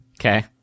Okay